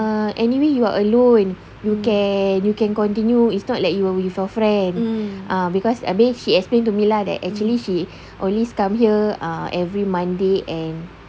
ah anyway you are alone you can you can continue it's not like you with your friend ah because abeh she explain to me lah that actually she always come here ah every monday and